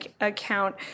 account